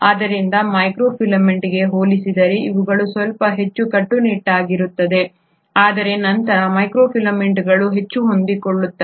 ಆದ್ದರಿಂದ ಮೈಕ್ರೋಫಿಲೆಮೆಂಟ್ಗೆ ಹೋಲಿಸಿದರೆ ಇವುಗಳು ಸ್ವಲ್ಪ ಹೆಚ್ಚು ಕಟ್ಟುನಿಟ್ಟಾಗಿರುತ್ತವೆ ಆದರೆ ನಂತರ ಮೈಕ್ರೋಫಿಲೆಮೆಂಟ್ಗಳು ಹೆಚ್ಚು ಹೊಂದಿಕೊಳ್ಳುತ್ತವೆ